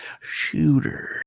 Shooter